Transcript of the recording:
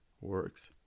works